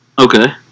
Okay